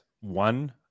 One